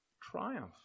triumph